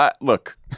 look